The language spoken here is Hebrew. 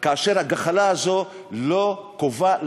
כאשר הגחמה הזאת לא טובה,